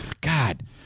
God